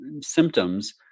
symptoms